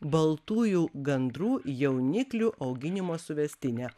baltųjų gandrų jauniklių auginimo suvestinę